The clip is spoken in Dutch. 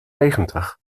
negentig